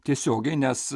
tiesiogiai nes